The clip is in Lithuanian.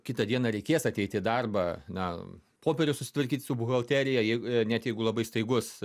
kitą dieną reikės ateiti į darbą na popierius susitvarkyt su buhalterija jei net jeigu labai staigus